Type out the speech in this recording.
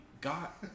got